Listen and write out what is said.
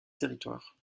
territoire